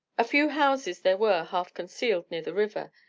a few houses there were, half-concealed near the river,